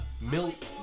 Milk